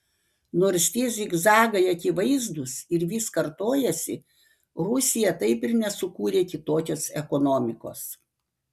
nors tie zigzagai akivaizdūs ir vis kartojasi rusija taip ir nesukūrė kitokios ekonomikos